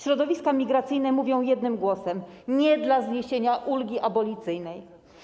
Środowiska migracyjne mówią jednym głosem: nie dla zniesienia ulgi abolicyjnej.